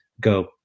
go